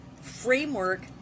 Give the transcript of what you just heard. framework